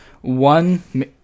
one